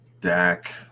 Dak